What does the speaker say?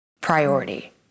priority